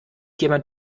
jemand